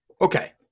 Okay